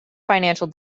financial